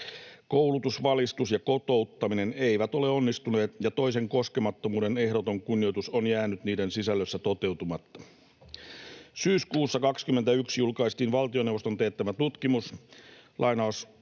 Koulutus, valistus ja kotouttaminen eivät ole onnistuneet, ja toisen koskemattomuuden ehdoton kunnioitus on jäänyt niiden sisällössä toteutumatta. Syyskuussa 21 julkaistiin valtioneuvoston teettämä tutkimus